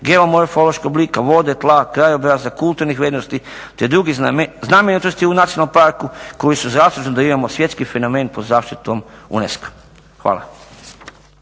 geomorfoloških oblika vode, tla, krajobraza, kulturnih vrijednosti te drugih znamenitosti u nacionalnom parku koji su zaslužni da imamo svjetski fenomen pod zaštitom UNESCO-a. Hvala.